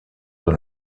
dans